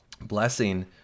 blessing